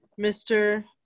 Mr